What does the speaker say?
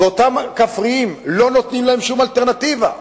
ואותם כפריים, לא נותנים להם שום אלטרנטיבה.